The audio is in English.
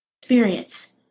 experience